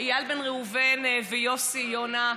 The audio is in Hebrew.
איל בן ראובן ויוסי יונה,